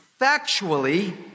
factually